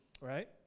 Right